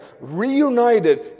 reunited